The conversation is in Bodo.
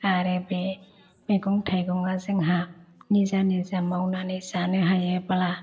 आरो बे मैगं थाइगंआ जोंहा निजा निजा मावनानै जानो हायोब्ला